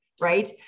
right